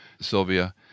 Sylvia